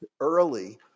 early